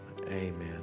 Amen